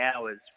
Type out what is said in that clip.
hours